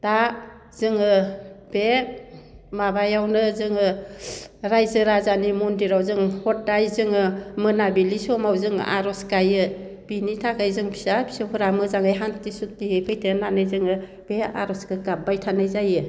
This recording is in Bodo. दा जोङो बे माबायावनो जोङो रायजो राजानि मन्दिराव जों हदाय जोङो मोनाबिलि समाव जोङो आर'ज गायो बिनि थाखाय जों फिसा फिसौफोरा सान्थि सुक्तियै फैथो होननानै जोङो बे आर'जखो गाबबाय थानाय जायो